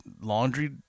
laundry